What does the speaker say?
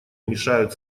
мешают